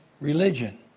religion